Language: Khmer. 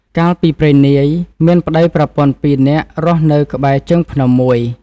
កាលពីព្រេងនាយ មានប្តីប្រពន្ធពីរនាក់រស់នៅក្បែរ ជើងភ្នំមួយ ។